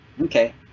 Okay